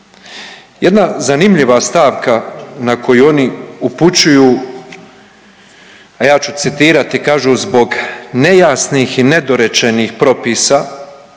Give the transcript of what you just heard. Jedna zanimljiva stavka na koju oni upućuju, a ja ću citirati kažu zbog nejasnih i nedorečenih propisa